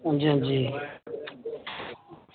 हां जी हां जी